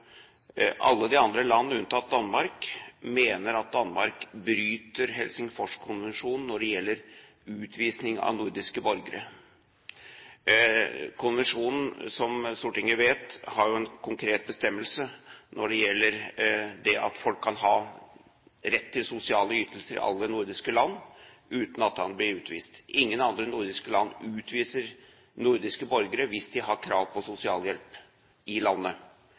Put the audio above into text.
alle de andre landene unntatt Danmark mener at Danmark bryter Helsingforskonvensjonen når det gjelder utvisning av nordiske borgere. Konvensjonen har jo, som Stortinget vet, en konkret bestemmelse når det gjelder det at folk kan ha rett til sosiale ytelser i alle nordiske land uten at man blir utvist. Ingen andre nordiske land utviser nordiske borgere hvis de har krav på sosialhjelp i landet.